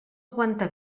aguanta